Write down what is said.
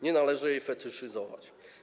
Nie należy jej fetyszyzować.